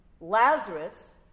Lazarus